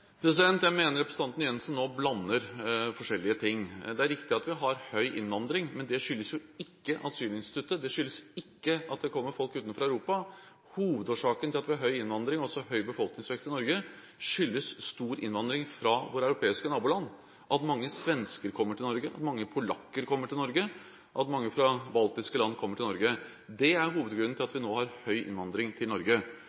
Jeg mener representanten Jensen nå blander forskjellige ting. Det er riktig at vi har høy innvandring, men det skyldes jo ikke asylinstituttet. Det skyldes ikke at det kommer folk utenfor Europa. Hovedårsaken til at vi har høy innvandring, altså høy befolkningsvekt, i Norge, er stor innvandring fra våre europeiske naboland. At mange svensker kommer til Norge, at mange polakker kommer til Norge og at mange fra baltiske land kommer til Norge, er hovedgrunnen til at